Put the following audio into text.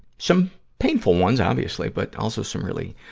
some painful ones, obviously, but also some really,